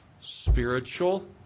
Spiritual